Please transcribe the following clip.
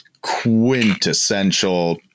quintessential